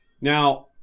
Now